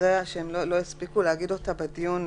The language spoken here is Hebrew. אחרי שהם לא הספיקו להגיד אותה בדיון,